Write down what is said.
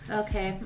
okay